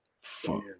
Fuck